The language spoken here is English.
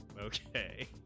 okay